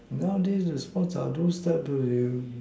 nowadays the sports are those type